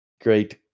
great